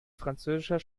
französischer